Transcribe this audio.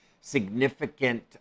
significant